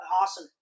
awesome